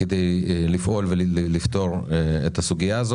כדי לפעול ולפתור את הסוגיה.